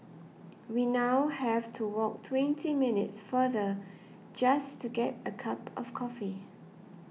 we now have to walk twenty minutes farther just to get a cup of coffee